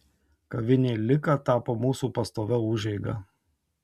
kavinė lika tapo mūsų pastovia užeiga